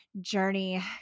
journey